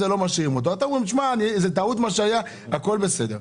אתם אומרים שזאת טעות מה שהיה, הכול בסדר.